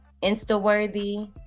Insta-worthy